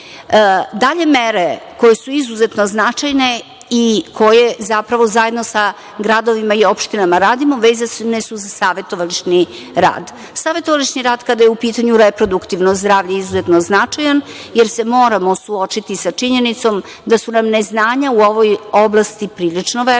mere koje su izuzetno značajne i koje zapravo zajedno sa gradovima i opštinama radimo, vezane su za savetovališni rad. Savetovališni rad kada je u pitanju reproduktivno zdravlje je izuzetno značajan, jer se moramo suočiti sa činjenicom da su nam neznanja u ovoj oblasti prilično velika